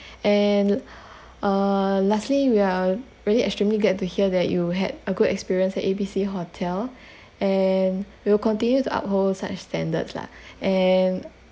and uh lastly we are really extremely glad to hear that you had a good experience at A B C hotel and we'll continue to uphold such standards lah and